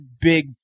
big